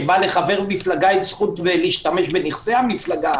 שבה לחבר מפלגה אין זכות להשתמש בנכסי המפלגה,